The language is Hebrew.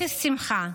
אפס שמחה,